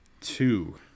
Two